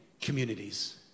communities